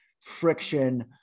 friction